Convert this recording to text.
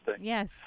Yes